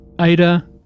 Ada